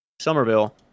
Somerville